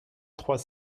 trois